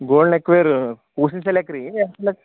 gold ನೆಕ್ವೇರೂ ಕೂಸಿನ ಸಲಕ್ ರೀ